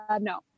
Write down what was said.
no